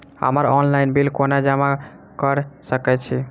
हम्मर online bill कोना जमा कऽ सकय छी?